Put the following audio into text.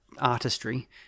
artistry